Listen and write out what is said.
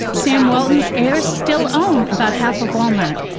sam walton's heirs still own about half of walmart.